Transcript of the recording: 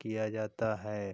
किया जाता है